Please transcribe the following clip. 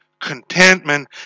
contentment